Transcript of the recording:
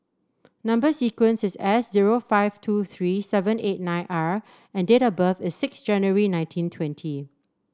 number sequence is S zero five two three seven eight nine R and date of birth is six January nineteen twenty